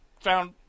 found